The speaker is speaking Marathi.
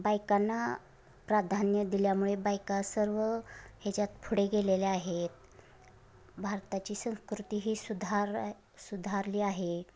बायकांना प्राधान्य दिल्यामुळे बायका सर्व हेच्यात पुढे गेलेल्या आहेत भारताची संस्कृती ही सुधाऱ्या सुधारली आहे